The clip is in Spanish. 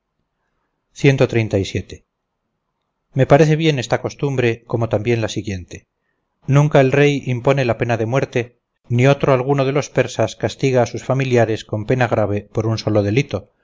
padre me parece bien esta costumbre como también la siguiente nunca el rey impone la pena de muerte ni otro alguno de los persas castiga a sus familiares con pena grave por un solo delito